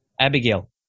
Abigail